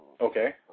Okay